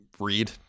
read